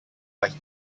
what